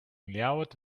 ljouwert